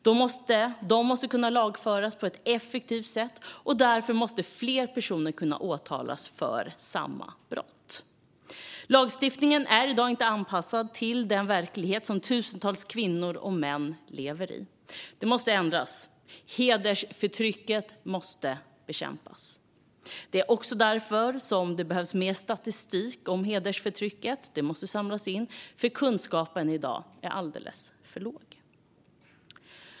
De måste kunna lagföras på ett effektivt sätt, och därför måste flera personer kunna åtalas för samma brott. Lagstiftningen är i dag inte anpassad till den verklighet som tusentals kvinnor och män lever i. Det måste ändras. Hedersförtrycket måste bekämpas. Det är också därför som mer statistik om hedersförtryck måste samlas in. Kunskapen är i dag alldeles för låg.